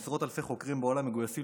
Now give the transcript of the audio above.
עשרות אלפי חוקרים בעולם מגויסים